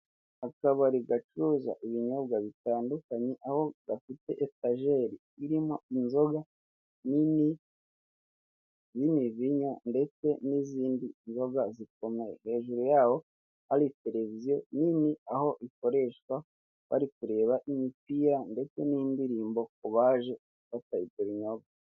Akabari gacuruza ibinyobwa bitandukanye aho gafite etajeri irimo inzoga nini n'imivinyo ndetse n'izindi nzoga zikomeye hejuru yaho hari televiziyo nini aho ikoreshwa bari kureba imipira n'indirimbo ku baje batari kunwa bo.